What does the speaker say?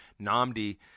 Namdi